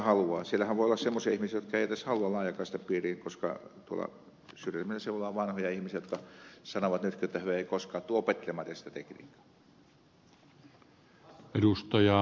siellähän voi olla semmoisia ihmisiä jotka eivät edes halua laajakaistan piiriin koska tuolla syrjemmillä seuduilla on vanhoja ihmisiä jotka sanovat nyt että he eivät koskaan tule opettelemaan edes sitä tekniikkaa